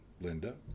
Linda